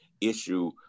issue